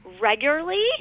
regularly